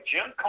Jim